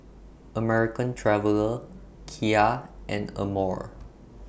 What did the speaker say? American Traveller Kia and Amore